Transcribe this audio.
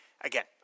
again